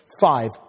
five